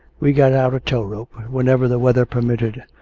we got out a tow-rope whenever the weather permitted,